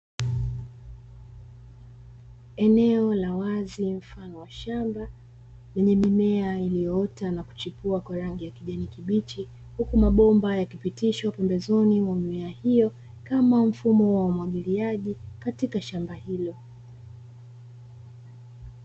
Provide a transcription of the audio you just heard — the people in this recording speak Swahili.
Eneo la wazi mfano wa shamba lenye mimea iliyoota na kuchipua kwa rangi ya kijani kibichi. Huku mabomba yakipitishwa pembezoni mwa mimea hiyo kama mfumo wa umwagiliaji katika shamba hilo.